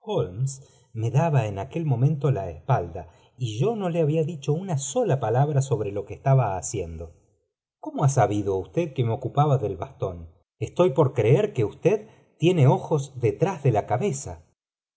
me daba eíi aquel momento la espalda y yo no le había dicho una sola palabra sobre lo estaba haciendo cómo jtft sabido usted que nae ocupaba del bastón esfy por creer que usted tiene o jos detrás de la cabeza